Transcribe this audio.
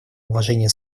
уважения